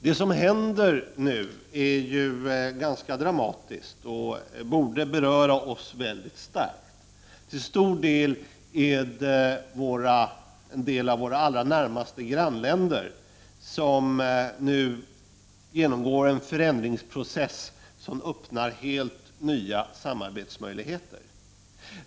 Det som händer nu är ganska dramatiskt och borde beröra oss väldigt starkt. Till stor del är det några av våra allra närmaste grannländer som nu genomgår en förändringsprocess som öppnar helt nya samarbets möjligheter.